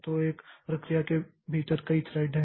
तो एक प्रक्रिया के भीतर कई थ्रेड हैं